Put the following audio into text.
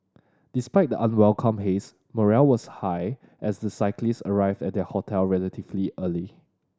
despite the unwelcome haze morale was high as the cyclist arrived at their hotel relatively early